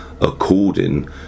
according